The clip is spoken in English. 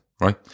right